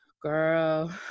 girl